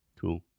Cool